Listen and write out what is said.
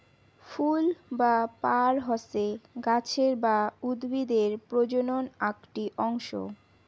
ফুল বা পার হসে গাছের বা উদ্ভিদের প্রজনন আকটি অংশ